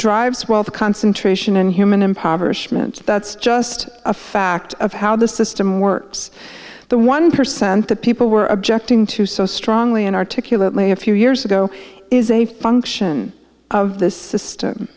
drives wealth concentration and human impoverishment that's just a fact of how the system works the one percent that people were objecting to so strongly and articulately a few years ago is a function of this system